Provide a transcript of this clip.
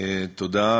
תודה,